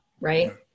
Right